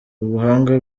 ubuhanga